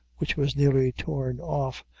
which was nearly torn off,